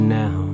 now